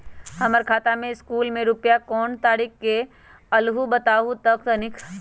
हमर खाता में सकलू से रूपया कोन तारीक के अलऊह बताहु त तनिक?